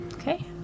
Okay